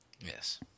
Yes